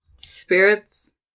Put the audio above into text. Spirits